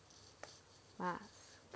ah